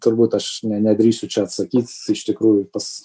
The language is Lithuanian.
turbūt aš ne nedrįsiu čia atsakyt iš tikrųjų pas